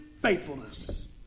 faithfulness